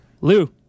Lou